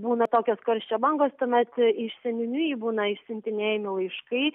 būna tokios karščio bangos tuomet iš seniūnijų būna išsiuntinėjami laiškai